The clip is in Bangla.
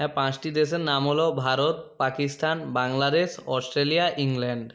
হ্যাঁ পাঁচটি দেশের নাম হলো ভারত পাকিস্তান বাংলাদেশ অস্ট্রেলিয়া ইংল্যান্ড